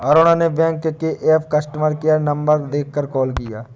अरुण ने बैंक के app customer care number देखकर कॉल किया